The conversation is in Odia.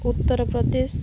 ଉତ୍ତରପ୍ରଦେଶ